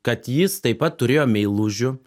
kad jis taip pat turėjo meilužių